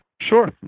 Sure